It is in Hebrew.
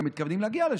והם מתכוונים להגיע לשם,